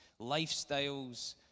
lifestyles